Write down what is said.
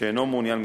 שאינו מעוניין,